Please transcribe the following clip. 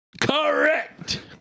Correct